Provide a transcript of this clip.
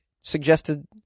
suggested –